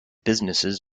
businesses